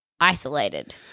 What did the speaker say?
isolated